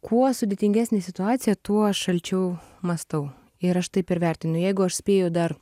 kuo sudėtingesnė situacija tuo aš šalčiau mąstau ir aš taip ir vertinu jeigu aš spėju dar